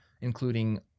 including